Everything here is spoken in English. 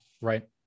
right